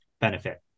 benefit